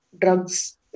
drugs